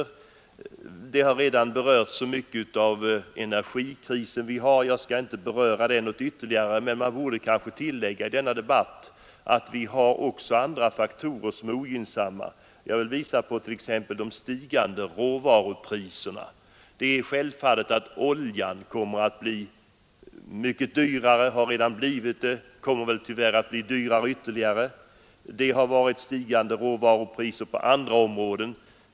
Energikrisen har redan berörts, och jag skall därför inte tala om den ytterligare, men kanske borde man i denna debatt tillägga, att det även finns andra faktorer som är ogynnsamma. Jag kan t.ex. visa på de stigande råvarupriserna. Det är självfallet att oljan kommer att bli mycket dyrare. Den har redan ökat och ökar ytterligare. Men det har också varit stigande råvarupriser på andra områden.